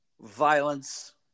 violence